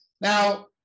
Now